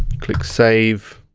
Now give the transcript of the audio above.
click save.